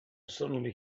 suddenly